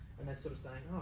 and they're sort of saying,